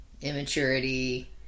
immaturity